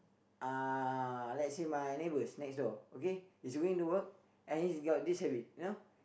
uh let's say my neighbours next door okay he's going to work and he's got this habit you know